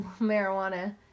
marijuana